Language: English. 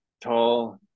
tall